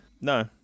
no